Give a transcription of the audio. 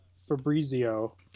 Fabrizio